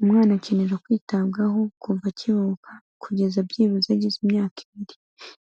Umwana akenera kwitabwaho kuva akivuka kugeza byibuze agize imyaka ibiri,